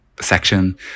section